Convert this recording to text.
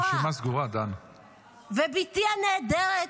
בתי הנהדרת,